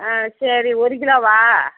ஆ சரி ஒரு கிலோவா